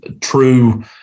true